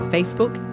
Facebook